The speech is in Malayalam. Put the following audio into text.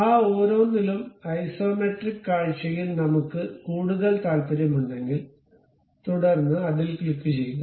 ആ ഓരോന്നിലും ഐസോമെട്രിക് കാഴ്ചയിൽ നമ്മുക്ക് കൂടുതൽ താൽപ്പര്യമുണ്ടങ്കിൽ തുടർന്ന് അതിൽ ക്ലിക്കുചെയ്യുക